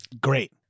Great